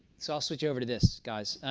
so i'll switch over to this, guys.